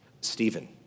Stephen